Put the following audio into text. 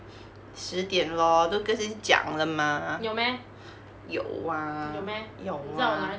十点 lor 都跟你讲了 mah 有啊有啊